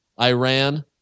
Iran